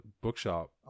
bookshop